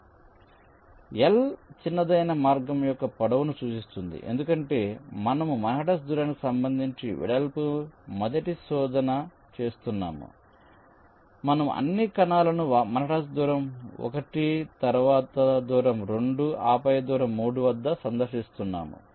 కాబట్టి L చిన్నదైన మార్గం యొక్క పొడవును సూచిస్తుంది ఎందుకంటే మనము మాన్హాటన్ దూరానికి సంబంధించి వెడల్పు మొదటి శోధన చేస్తున్నాము మనము అన్ని కణాలను మాన్హాటన్ దూరం 1 తరువాత దూరం 2 ఆపై దూరం 3 వద్ద సందర్శిస్తున్నాము